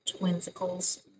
twinsicles